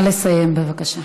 נא לסיים, בבקשה.